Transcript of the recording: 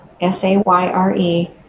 S-A-Y-R-E